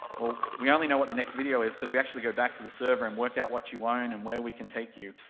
well, we only know what the next video is because we actually go back to the server and work out what you own ah and and where we can take you,